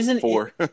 four